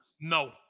No